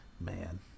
Man